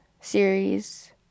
series